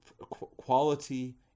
quality